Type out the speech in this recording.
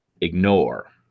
ignore